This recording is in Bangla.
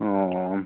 ও